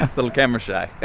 ah little camera shy.